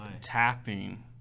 tapping